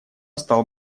стал